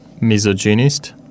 misogynist